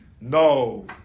No